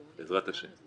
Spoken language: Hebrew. בעזרת השם.